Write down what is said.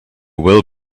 will